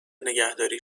نگهداری